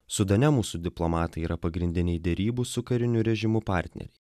sudane mūsų diplomatai yra pagrindiniai derybų su kariniu režimu partneriai